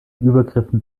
übergriffen